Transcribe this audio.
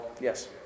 yes